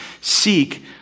seek